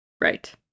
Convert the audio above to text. Right